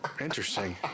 Interesting